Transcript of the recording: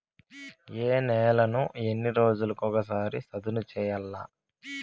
ఏ నేలను ఎన్ని రోజులకొక సారి సదును చేయల్ల?